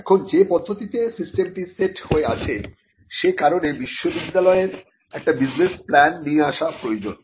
এখন যে পদ্ধতিতে সিস্টেমটি সেট হয়ে আছে সে কারণে বিশ্ববিদ্যালয়ের একটি বিজনেস প্ল্যান নিয়ে আসা প্রয়োজন